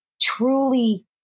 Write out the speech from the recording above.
truly